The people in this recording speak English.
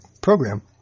program